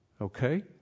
okay